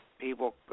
people